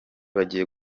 bagiye